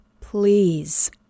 please